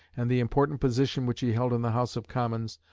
and the important position which he held in the house of commons,